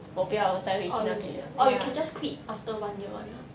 orh legit ah orh you can just quit after one year one ah